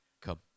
come